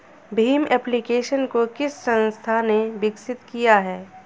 Bhim application को किस संस्था ने विकसित किया है?